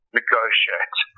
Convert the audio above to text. negotiate